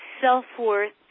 self-worth